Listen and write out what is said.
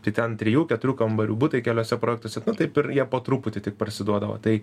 tai ten trijų keturių kambarių butai keliuose projektuose nu taip ir jie po truputį tik parsiduodavo tai